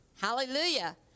Hallelujah